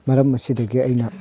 ꯃꯔꯝ ꯑꯁꯤꯗꯒꯤ ꯑꯩꯅ